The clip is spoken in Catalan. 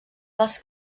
dels